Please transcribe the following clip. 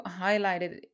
highlighted